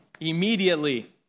immediately